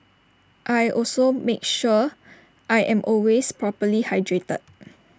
I also make sure I am always properly hydrated